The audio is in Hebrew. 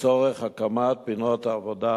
לצורך הקמת פינות עבודה